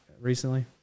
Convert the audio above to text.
Recently